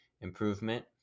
improvement